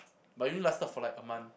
but we only lasted for like a month